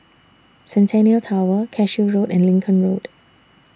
Centennial Tower Cashew Road and Lincoln Road